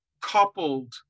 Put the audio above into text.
coupled